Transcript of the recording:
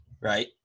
right